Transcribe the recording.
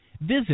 Visit